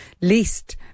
least